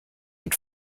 mit